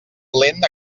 lent